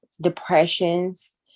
depressions